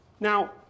Now